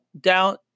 down